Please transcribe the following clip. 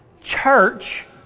church